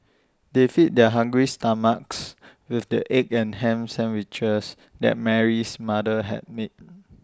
they feed their hungry stomachs with the egg and Ham Sandwiches that Mary's mother had made